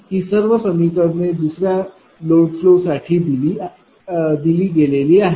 ही सर्व समीकरणे दुसर्या लोड फ्लो साठी दिली गेलेली आहे